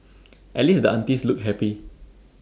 at least the aunties looked happy